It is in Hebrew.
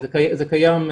זה קיים.